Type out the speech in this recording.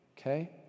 Okay